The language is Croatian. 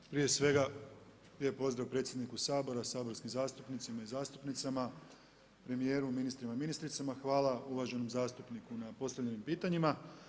Evo prije svega, lijep pozdrav predsjedniku Sabora, saborskim zastupnicima i zastupnicama, premijeru, ministrima i ministricama, hvala uvaženom zastupniku na postavljenim pitanjima.